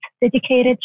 dedicated